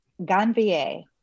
Ganvier